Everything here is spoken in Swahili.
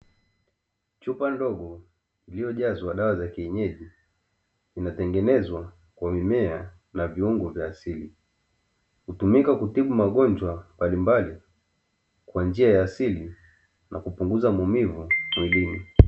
Chupa ndogo iliyojazwa dawa za kienyeji imetengenezawa kwa mimea na viungo vya asili, hutumika kutibu magonjwa mbalimbali kwa njia ya asili na kupunguza maumivu mwilini.